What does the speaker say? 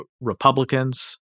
Republicans